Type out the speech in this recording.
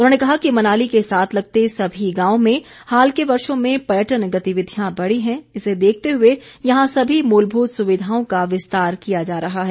उन्होंने कहा कि मनाली के साथ लगते सभी गांवों में हाल के वर्षो में पर्यटन गतिविधियां बढ़ी हैं इसे देखते हुए यहां सभी मूलभूत सुविधाओं का विस्तार किया जा रहा है